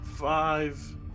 Five